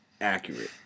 Accurate